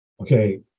okay